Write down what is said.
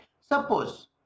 Suppose